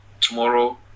tomorrow